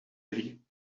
vliegen